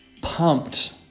pumped